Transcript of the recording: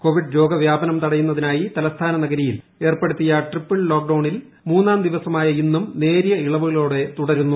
Covid രോഗവ്യാപനം തടയുന്നതിനായി തലസ്ഥാന നഗരിയിൽ ഏർപ്പെടുത്തിയ ട്രിപ്പിൾ ലോക്ക്ഡൌണിൽ മൂന്നാം ദിവസമായ ഇന്നും നേരിയ ഇളവുകളോടെ തുടരുന്നു